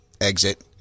Exit